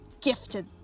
gifted